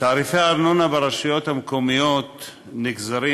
תעריפי הארנונה ברשויות המקומיות נגזרים